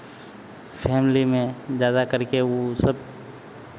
family में ज़्यादा करके वो सब